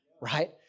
Right